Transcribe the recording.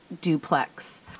duplex